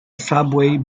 subway